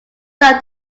like